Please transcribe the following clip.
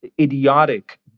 idiotic